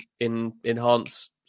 enhance